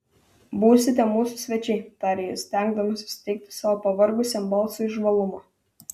būsite mūsų svečiai tarė jis stengdamasis suteikti savo pavargusiam balsui žvalumo